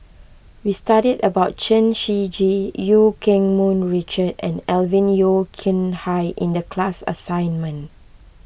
we studied about Chen Shiji Eu Keng Mun Richard and Alvin Yeo Khirn Hai in the class assignment